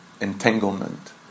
entanglement